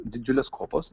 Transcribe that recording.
didžiulės kopos